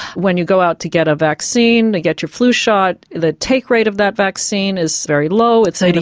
when you go out to get a vaccine you get your flu shot, the take rate of that vaccine is very low, it's sort of